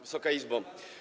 Wysoka Izbo!